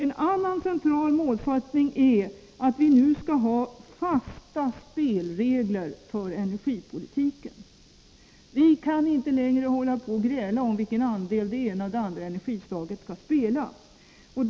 En annan central målsättning är att vi skall ha fasta spelregler för Nr 14 energipolitiken. Vi kan inte längre hålla på att gräla om vilken andel det skall Måndagen den vara av det ena eller det andra energislaget.